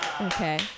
Okay